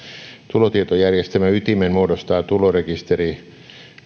tulotietojärjestelmän ytimen muodostaa tulorekisteri